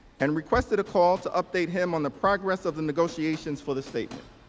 and requested a call to update him on the progress of the negotiations for the statement.